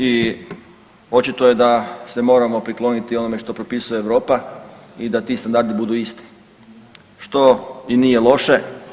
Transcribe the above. I očito je da se moramo prikloniti onome što propisuje Europa i da ti standardi budu isti što i nije loše.